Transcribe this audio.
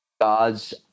God's